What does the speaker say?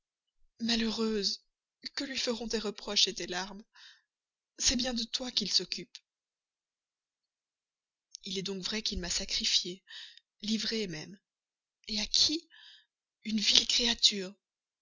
malheureuse que lui feront tes reproches tes larmes c'est bien de toi qu'il s'occupe il est donc vrai qu'il m'a sacrifiée livrée même à qui une vile créature